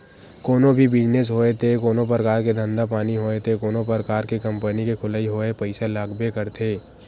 कोनो भी बिजनेस होय ते कोनो परकार के धंधा पानी होय ते कोनो परकार के कंपनी के खोलई होय पइसा लागबे करथे